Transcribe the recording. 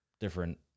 different